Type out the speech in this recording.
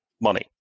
money